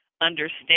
understand